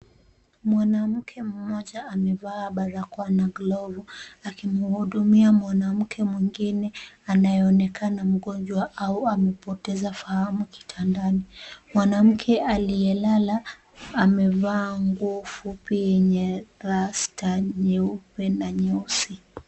Mwanamke mmoja amevaa barakoa na glovu akimhudumia mwanamke mwingine anayeonekana mgonjwa au amepoteza fahamu kitandani. Mwanamke aliyelala amevaa nguo fupi yenye rasta nyeupe na nyeusi.